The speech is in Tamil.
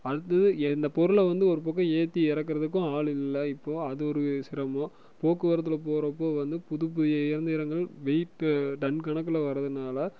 அடுத்தது இந்த பொருளை வந்து ஒரு பக்கம் ஏற்றி இறக்குறதுக்கும் ஆள் இல்லை இப்போ அது ஒரு சிரமம் போக்குவரத்தில் போகறப்போ வந்து புது புதிய இயந்திரங்கள் வெயிட்டு டன் கணக்கில் வர்றதுனால